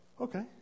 okay